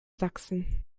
sachsen